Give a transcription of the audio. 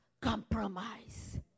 compromise